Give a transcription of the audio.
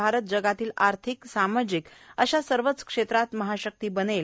भारत जगातील आर्थिक सामाजिक आदी सर्वच क्षेत्रात महाशक्ती बनेल